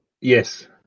Yes